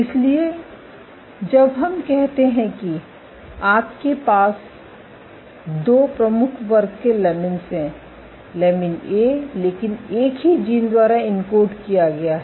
इसलिए जब हम कहते हैं कि आपके पास 2 प्रमुख वर्ग के लमीन्स हैं लमिन ए लेकिन एक ही जीन द्वारा एन्कोड किया गया है